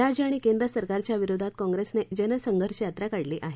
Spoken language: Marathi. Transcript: राज्य आणि केंद्र सरकारच्या विरोधात काँप्रेसनं जनसंघर्ष यात्रा काढली आहे